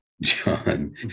John